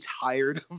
tired